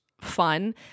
fun